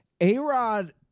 A-Rod